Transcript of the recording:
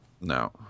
No